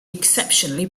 exceptionally